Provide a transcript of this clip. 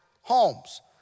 homes